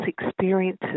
experiences